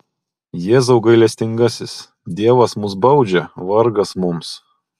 jėzau gailestingasis dievas mus baudžia vargas mums